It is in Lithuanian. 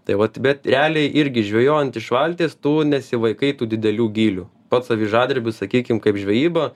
tai vat bet realiai irgi žvejojant iš valties tu nesivaikai tų didelių gylių pats avižadrebis sakykim kaip žvejyba